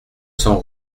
cents